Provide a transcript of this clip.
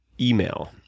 email